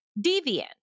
deviant